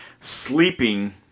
sleeping